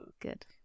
good